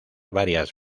varias